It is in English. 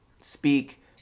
speak